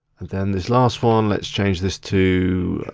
and then this last one, let's change this to